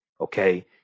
Okay